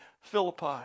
Philippi